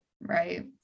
Right